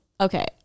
Okay